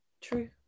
True